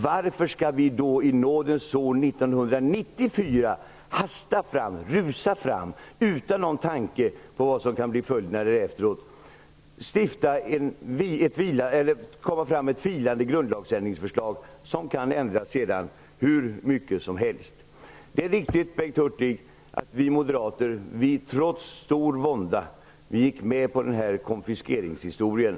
Varför skall vi då i nådens år 1994, utan någon tanke på vad följderna kan bli, hasta och rusa fram med ett vilande grundlagsändringsförslag som sedan kan komma att ändras hur mycket som helst? Det är riktigt, Bengt Hurtig, att vi moderater, trots stor vånda, gick med på konfiskeringshistorien.